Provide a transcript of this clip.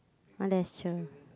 oh that's true